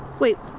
wait,